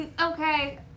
okay